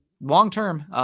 long-term